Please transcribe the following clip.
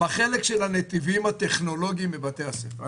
בחלק של הנתיבים הטכנולוגיים בבתי הספר?